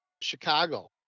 Chicago